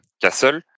castle